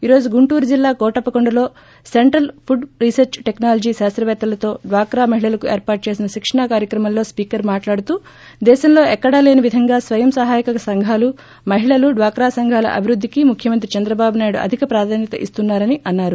ఈ రోజు గుంటూరు జిల్లా కోటప్పకొండలో సెంట్రల్ పుడ్ రీసెర్చ్ టెక్నాలజీ కాస్రపేత్తలతో డ్వాక్రా మహిళలకు ఏర్పాటు చేసిన శిక్షణా కార్యక్రమంలో స్పీకర్ మాట్లాడుతూ దేశంలో ఎక్కడ లేని విధంగా స్వయం సహాయక సంఘాలు మహిళలు డ్వాక్రా సంఘాల అభివృద్దికి ముఖ్యమంత్రి చంద్రబాబు నాయుడు అధిక ప్రాధాన్యత ఇస్తున్నారని అన్నారు